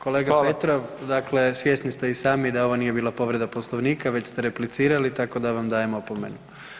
Kolega Petrov, dakle, svjesni ste i sami da ovo nije bila povreda Poslovnika već ste replicirali tako da vam dajem opomenu.